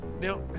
now